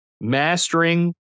mastering